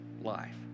life